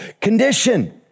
condition